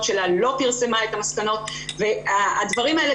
שלה לא פרסמה את המסקנות והדברים האלה,